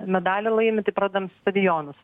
medalį laimi tai pradedam stadionus